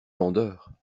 vendeur